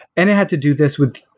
and it had to do this with